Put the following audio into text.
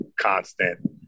constant